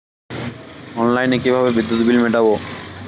অনলাইনে কিভাবে বিদ্যুৎ বিল মেটাবো?